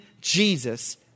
Jesus